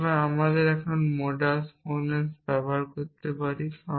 সুতরাং আমি এখন মোডাস পোনেস ব্যবহার করতে পারি